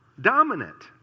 dominant